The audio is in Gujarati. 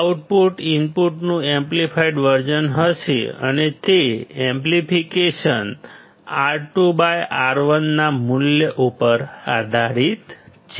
આઉટપુટ ઇનપુટનું એમ્પ્લીફાઇડ વર્ઝન હશે અને તે એમ્પ્લીફિકેશન R2 R1 ના મૂલ્ય ઉપર આધારિત છે